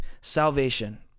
salvation